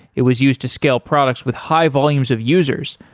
it was used to scale products with high volumes of users,